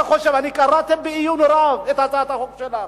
קראתי בעיון רב את הצעת החוק שלך,